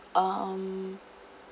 um